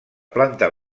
planta